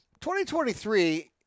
2023